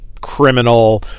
criminal